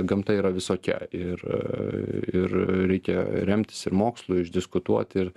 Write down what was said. gamta yra visokia ir ir reikia remtis ir mokslu išdiskutuoti ir